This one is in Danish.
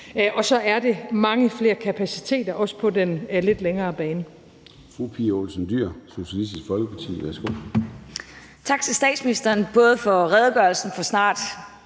Og så er det mange flere kapaciteter, også på den lidt længere bane.